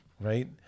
right